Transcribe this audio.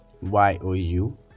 y-o-u